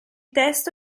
testo